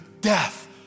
death